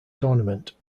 tournament